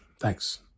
Thanks